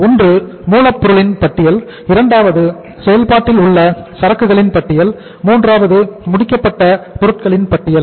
ஒன்று மூலப்பொருட்களின் பட்டியல் இரண்டாவது செயல்பாட்டில் உள்ள சரக்குகளின் பட்டியலில் மூன்றாவது முடிக்கப்பட்ட பொருட்களின் பட்டியல்